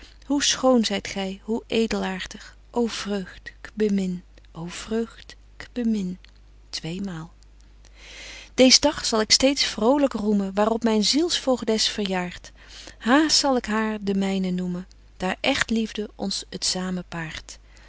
hoe schoon zyt gy hoe edelaartig ô vreugd k bemin ô vreugd k bemin tweemaal dees dag zal ik steeds vrolyk roemen waar op myn ziels voogdes verjaart haast zal ik haar de myne noemen daar echte liefde ons t